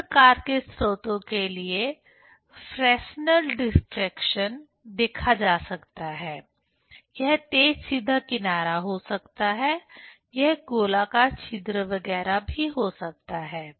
अन्य प्रकार के स्रोतों के लिए फ्रेस्नेल डिफ्रेक्शन देखा जा सकता है यह तेज सीधा किनारा हो सकता है यह गोलाकार छिद्र वगैरह हो सकता है